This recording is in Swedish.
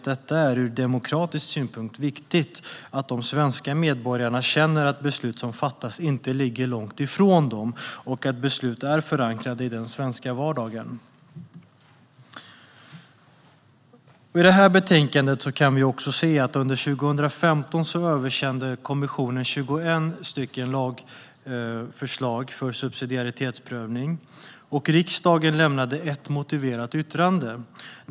Det är ur demokratisk synpunkt viktigt att de svenska medborgarna känner att de beslut som fattas inte ligger långt ifrån dem och att beslut är förankrade i den svenska vardagen. Under 2015 översände kommissionen 21 lagförslag för subsidiaritetsprövning, och riksdagen lämnade ett motiverat yttrande.